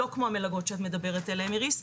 לא כמו המלגות שאת מדברת עליהן איריס,